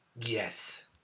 Yes